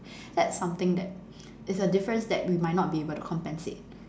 that's something that it's a difference that we might not be able to compensate